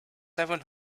seven